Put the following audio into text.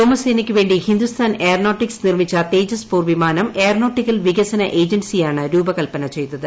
വ്യോമസേനയ്ക്കു വേ ി ഹിന്ദുസ്ഥാൻ എയ്റോനോട്ടിക്കസ് നിർമ്മിച്ച തേജസ് പോർ വിമാനം എയ്റോനോട്ടിക്കൽ വികസന ഏജൻസിയാണ് രൂപകൽപന ചെയ്തത്